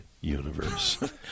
universe